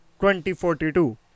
2042